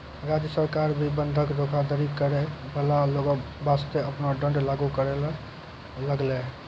राज्य सरकार भी बंधक धोखाधड़ी करै बाला लोगो बासतें आपनो दंड लागू करै लागलै